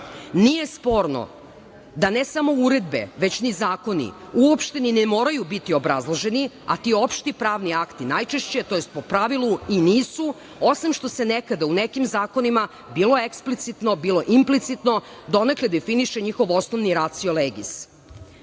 akta. Nije sporno da ne samo uredbe već ni zakoni uopšte ni ne moraju biti obrazloženi, a ti opšti pravni akti najčešće tj. po pravilu i nisu, osim što se nekada u nekim zakonima, bilo eksplicitno, bilo implicitno, donekle definiše njihov osnovni racio